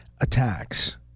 attacks